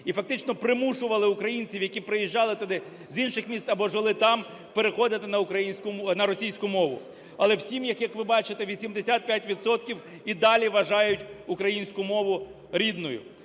і фактично примушували українців, які приїжджали туди з інших міст або жили там, переходити на російську мову. Але в сім'ях, як ви бачите, 85 відсотків і далі вважають українську мову рідною.